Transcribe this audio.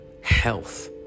health